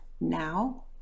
Now